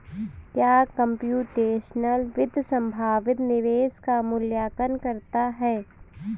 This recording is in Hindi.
क्या कंप्यूटेशनल वित्त संभावित निवेश का मूल्यांकन करता है?